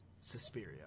Suspiria